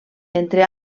entre